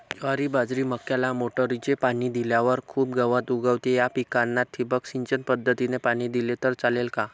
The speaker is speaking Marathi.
ज्वारी, बाजरी, मक्याला मोटरीने पाणी दिल्यावर खूप गवत उगवते, या पिकांना ठिबक सिंचन पद्धतीने पाणी दिले तर चालेल का?